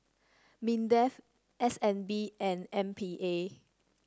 Mindef S N B and M P A